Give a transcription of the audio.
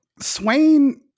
Swain